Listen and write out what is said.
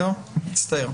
מצטער.